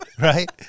right